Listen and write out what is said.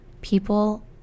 People